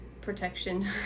protection